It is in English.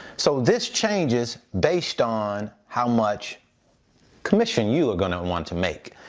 so this changes based on how much commission you are gonna want to make.